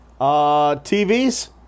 TVs